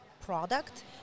product